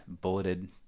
bulleted